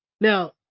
Now